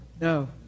No